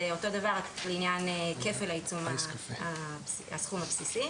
זה אותו הדבר רק לעניין כפל הסכום הבסיסי.